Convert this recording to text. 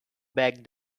back